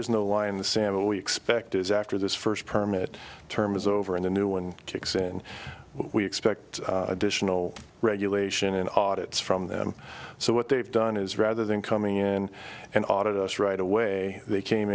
is no line in the sand what we expect is after this first permit term is over and a new one kicks in we expect additional regulation and audits from them so what they've done is rather than coming in and audit us right away they came